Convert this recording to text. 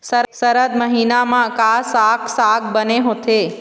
सरद महीना म का साक साग बने होथे?